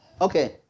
Okay